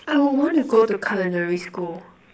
I would want to go to culinary school